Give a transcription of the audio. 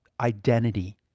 identity